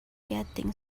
getting